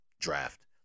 draft